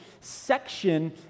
section